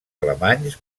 alemanys